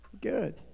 Good